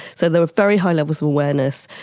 so there were very high levels of awareness.